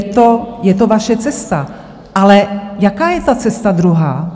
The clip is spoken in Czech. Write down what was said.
Dobře, je to vaše cesta, ale jaká je ta cesta druhá?